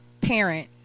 parent